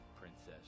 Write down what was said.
princess